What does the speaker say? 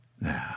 Now